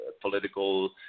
political